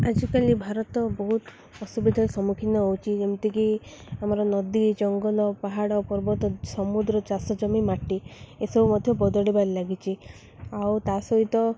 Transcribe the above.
ଆଜିକାଲି ଭାରତ ବହୁତ ଅସୁବିଧାର ସମ୍ମୁଖୀନ ହେଉଛି ଯେମିତିକି ଆମର ନଦୀ ଜଙ୍ଗଲ ପାହାଡ଼ ପର୍ବତ ସମୁଦ୍ର ଚାଷ ଜମି ମାଟି ଏସବୁ ମଧ୍ୟ ବଦଳିବାରେ ଲାଗିଛି ଆଉ ତା ସହିତ